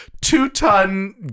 two-ton